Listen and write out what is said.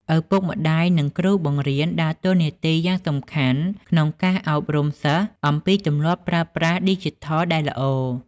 ឪពុកម្តាយ និងគ្រូបង្រៀនដើរតួនាទីយ៉ាងសំខាន់ក្នុងការអប់រំសិស្សអំពីទម្លាប់ប្រើប្រាស់ឌីជីថលដែលល្អ។